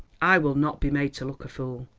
i will not be made to look a fool.